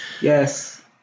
yes